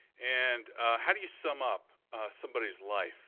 and how do you sum up somebody's life